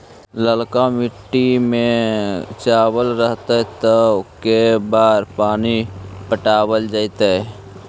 ललका मिट्टी में चावल रहतै त के बार पानी पटावल जेतै?